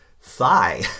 thigh